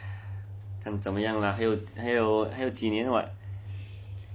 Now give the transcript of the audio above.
看怎么样 lah and you know 还有几年 [what]